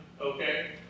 Okay